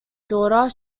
daughter